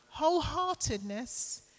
Wholeheartedness